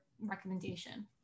recommendation